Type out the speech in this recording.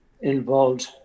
involved